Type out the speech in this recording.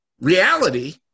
reality